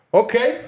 okay